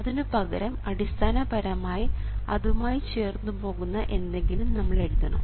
അതിനുപകരം അടിസ്ഥാനപരമായി അതുമായി ചേർന്നുപോകുന്ന എന്തെങ്കിലും നമ്മൾ എഴുതണം